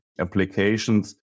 applications